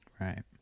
Right